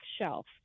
shelf